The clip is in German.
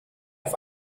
auf